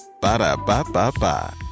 Ba-da-ba-ba-ba